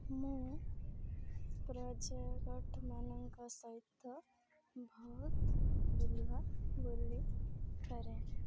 ମୁଁ ପର୍ଯ୍ୟଟକମାନଙ୍କ ସହିତ ବହୁତ ବୁଲା ବୁଲି କରେ